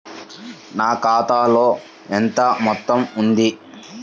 నా ఖాతాలో ఎంత మొత్తం ఉంది?